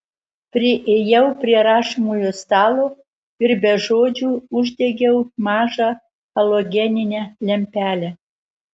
priėjau prie rašomojo stalo ir be žodžių uždegiau mažą halogeninę lempelę